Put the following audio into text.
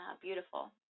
beautiful